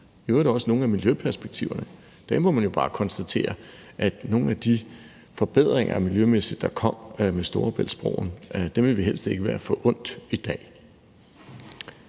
gælder det også nogle af miljøperspektiverne, og for dem må man jo bare konstatere, at nogle af de forbedringer, der miljømæssigt kom med Storebæltsbroen, ville vi helst ikke være foruden i dag.